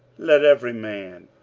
let every man,